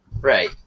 Right